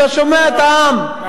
אתה שומע את העם,